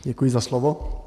Děkuji za slovo.